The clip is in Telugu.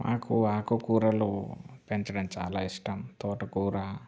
నాకు ఆకుకూరలు పెంచడం చాలా ఇష్టం తోటకూర